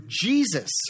Jesus